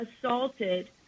assaulted